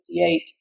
1958